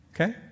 Okay